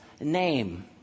name